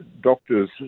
doctors